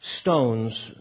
stones